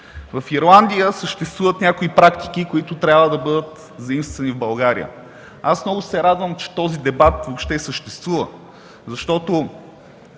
В Ирландия съществуват някои практики, които трябва да бъдат заимствани в България. Аз много се радвам, че този дебат въобще съществува, защото